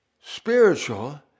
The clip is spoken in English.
spiritual